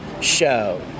show